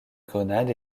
grenade